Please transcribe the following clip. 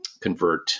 convert